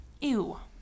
Ew